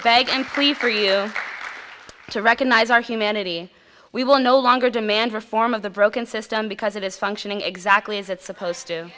beg and plead for you to recognize our humanity we will no longer demand reform of the broken system because it is functioning exactly as it's supposed to